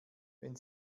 wenn